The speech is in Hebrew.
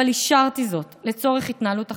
אבל אישרתי זאת לצורך התנהלות החקירה.